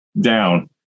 down